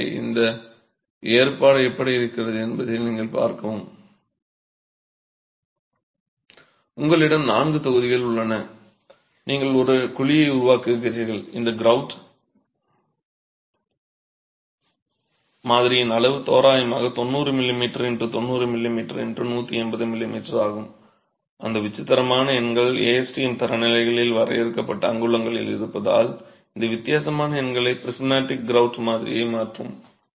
எனவே இந்த ஏற்பாடு எப்படி இருக்கிறது என்பதை நீங்கள் பார்க்கலாம் உங்களிடம் நான்கு தொகுதிகள் உள்ளன நீங்கள் ஒரு குழியை உருவாக்குகிறீர்கள் இந்த க்ரூட் மாதிரியின் அளவு தோராயமாக 90 mm x 90 mm x 180 mm ஆகும் அந்த விசித்திரமான எண்கள் ASTM தரநிலைகளில் வரையறுக்கப்பட்ட அங்குலங்களில் இருப்பதால் இந்த வித்தியாசமான எண்களை பிரிஸ்மாடிக் க்ரௌட் மாதிரியை மாற்றும்